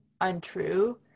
untrue